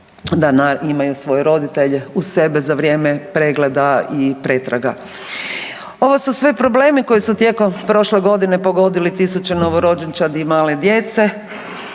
da imaju svoje roditelje uz svoje za vrijeme pregleda i pretraga. Ovo su sve problemi koji su tijekom prošle godine pogodili tisuće novorođenčadi i male djece